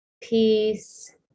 Peace